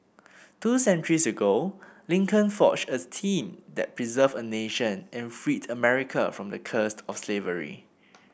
two centuries ago Lincoln forged as team that preserved a nation and freed America from the cursed of slavery